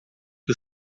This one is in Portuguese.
que